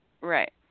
Right